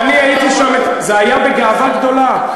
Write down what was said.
זה היה בגאווה גדולה.